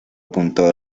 punto